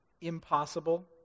impossible